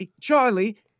Charlie